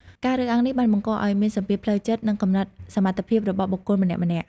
ការរើសអើងនេះបានបង្កឱ្យមានសម្ពាធផ្លូវចិត្ត និងកំណត់សមត្ថភាពរបស់បុគ្គលម្នាក់ៗ។